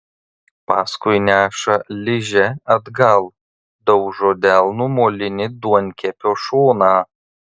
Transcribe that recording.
paskui neša ližę atgal daužo delnu molinį duonkepio šoną